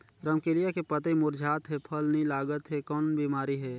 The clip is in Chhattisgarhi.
रमकलिया के पतई मुरझात हे फल नी लागत हे कौन बिमारी हे?